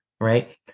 Right